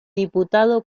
diputado